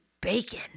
bacon